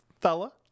fella